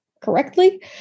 correctly